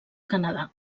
canadà